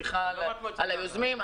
סליחה על היוזמים.